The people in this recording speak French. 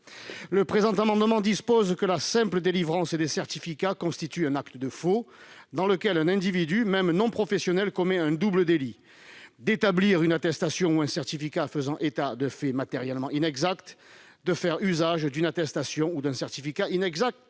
Le présent amendement prévoit que la simple délivrance des certificats constitue un acte de faux, par lequel un individu, même non professionnel, commet un double délit consistant, d'une part, à établir une attestation ou un certificat faisant état de faits matériellement inexacts, et, d'autre part, à faire usage d'une attestation ou d'un certificat inexact